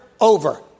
over